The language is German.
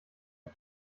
auf